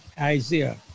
Isaiah